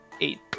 eight